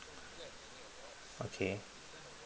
okay